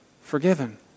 forgiven